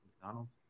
McDonald's